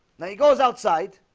now he goes outside.